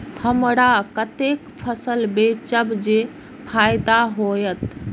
हमरा कते फसल बेचब जे फायदा होयत?